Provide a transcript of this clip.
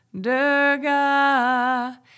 Durga